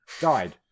died